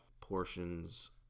portions